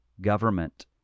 government